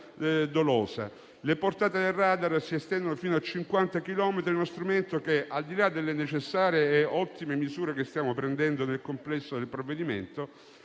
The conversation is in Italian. dolosa. Le portate del radar si estendono fino a 50 chilometri È uno strumento che, al di là delle necessarie e ottime misure che stiamo prendendo nel complesso del provvedimento